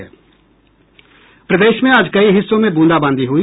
प्रदेश में आज कई हिस्सों में बूंदाबांदी हुई